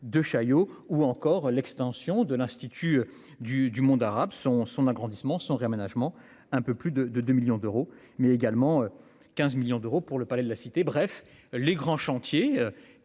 de Chaillot ou encore l'extension de l'institut du du monde arabe, son son agrandissement son réaménagement, un peu plus de de 2 millions d'euros, mais également 15 millions d'euros pour le Palais de la cité, bref, les grands chantiers